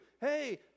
Hey